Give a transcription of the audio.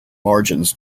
margins